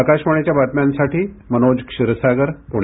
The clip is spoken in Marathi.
आकाशवाणीच्या बातम्यांसाठी मनोज क्षीरसागर पुणे